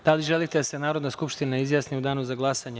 Da li želite da se Narodna skupština izjasni u danu za glasanje?